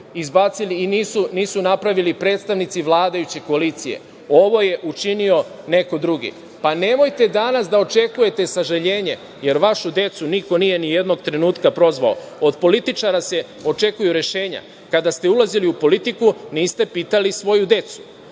izbacili i nisu napravili predstavnici vladajuće koalicije. Ovo je učinio neko drugi. Pa, nemojte danas da očekujete sažaljenje jer vašu decu niko nije nijednog trenutka prozvao. Od političara se očekuju rešenja. Kada ste ulazili u politiku, niste pitali svoju decu.